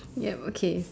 yup okay